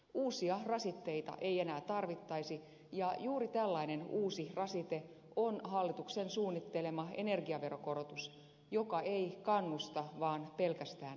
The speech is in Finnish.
uusia rasitteita ei enää tarvittaisi ja juuri tällainen uusi rasite on hallituksen suunnittelema energiaverokorotus joka ei kannusta vaan pelkästään rankaisee